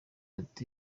ati